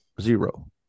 Zero